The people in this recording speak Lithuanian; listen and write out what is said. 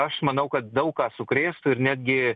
aš manau kad daug ką sukrėstų ir netgi